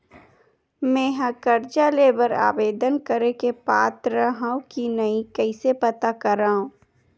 मेंहा कर्जा ले बर आवेदन करे के पात्र हव की नहीं कइसे पता करव?